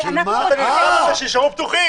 אתה נלחם על כך שיישארו פתוחים.